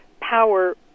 power